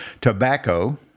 Tobacco